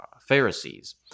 Pharisees